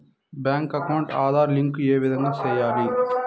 Bank account Aadhaar link ఏ విధంగా సెయ్యాలి?